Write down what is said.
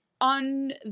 on